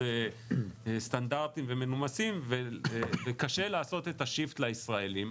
סטנדרטיים ומנומסים וקשה לעשות את השיפט לישראלים,